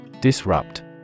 Disrupt